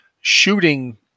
shooting